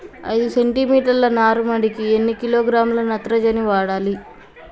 ఐదు సెంటిమీటర్ల నారుమడికి ఎన్ని కిలోగ్రాముల నత్రజని వాడాలి?